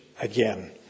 again